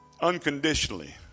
unconditionally